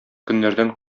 көннәрдән